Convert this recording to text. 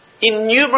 innumerable